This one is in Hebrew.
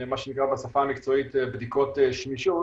מה שנקרא בשפה המקצועית בדיקות שמישות